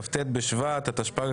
כ"ט בשבט התשפ"ג,